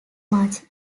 much